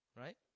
right